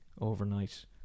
overnight